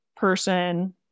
Person